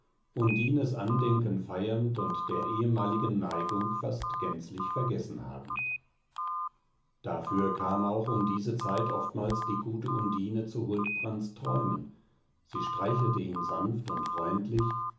undines andenken feiernd und der ehemaligen neigung fast gänzlich vergessen habend dafür kam auch um diese zeit oftmals die gute undine zu huldbrands träumen sie streichelte ihn sanft und freundlich